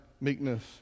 meekness